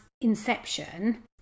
Inception